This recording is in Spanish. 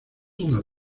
uno